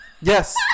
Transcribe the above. Yes